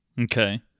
Okay